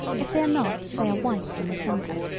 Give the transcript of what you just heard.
if they are not they are white in the centre.